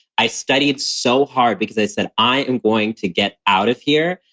i studied so hard because i said, i am going to get out of here,